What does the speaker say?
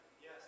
Yes